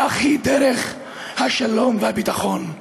כך היא דרך השלום והביטחון,